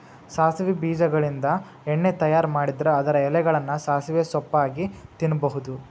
ಸಾಸವಿ ಬೇಜಗಳಿಂದ ಎಣ್ಣೆ ತಯಾರ್ ಮಾಡಿದ್ರ ಅದರ ಎಲೆಗಳನ್ನ ಸಾಸಿವೆ ಸೊಪ್ಪಾಗಿ ತಿನ್ನಬಹುದು